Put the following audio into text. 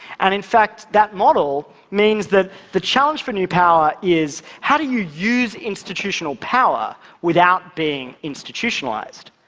and in fact that model means that the challenge for new power is how do you use institutional power without being institutionalized?